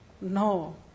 No